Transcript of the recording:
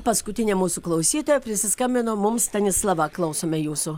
paskutinė mūsų klausytoja prisiskambino mums stanislava klausome jūsų